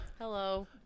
Hello